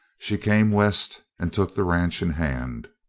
she came west and took the ranch in hand.